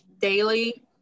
daily